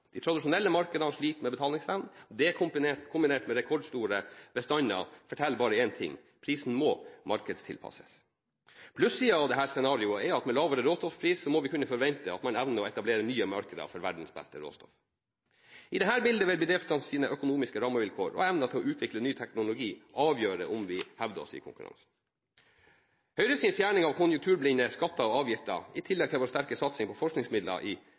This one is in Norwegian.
De tradisjonelle markedene sliter med betalingsevnen, og det, kombinert med rekordstore bestander, forteller bare én ting: Prisen må markedstilpasses. Plussiden av dette scenarioet er at med lavere råstoffpris må vi forvente at man evner å etablere nye markeder for verdens beste råstoff. I dette bilde vil bedriftenes økonomiske rammevilkår og evne til å utvikle ny teknologi avgjøre om vi hevder oss i konkurransen. Høyres fjerning av konjunkturblinde skatter og avgifter, i tillegg til vår sterke satsing på forskningsmidler i